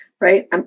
right